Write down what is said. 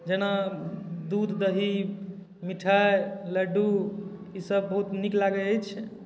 जेना दूध दही मिठाइ लड्डू ईसभ बहुत नीक लागै अछि